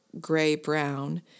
gray-brown